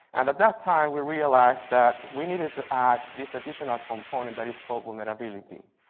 and at that time, we realized that we needed to add these additional components that is called vulnerability.